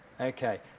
Okay